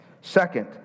Second